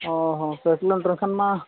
ᱚᱻ ᱦᱚᱸ ᱞᱮᱠᱷᱟᱱ ᱢᱟ